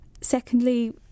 Secondly